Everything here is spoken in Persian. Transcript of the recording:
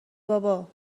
بابا